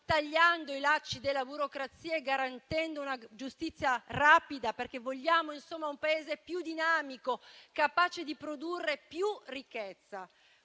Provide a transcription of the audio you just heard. tagliando i lacci della burocrazia e garantendo una giustizia rapida, perché vogliamo un Paese più dinamico, capace di produrre più ricchezza.